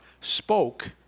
spoke